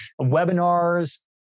webinars